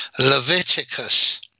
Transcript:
Leviticus